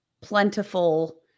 plentiful